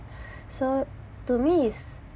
so to me it's